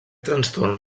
trastorn